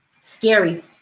scary